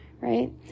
right